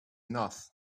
enough